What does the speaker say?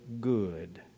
good